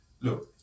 Look